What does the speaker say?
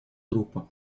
группа